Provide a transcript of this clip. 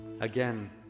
Again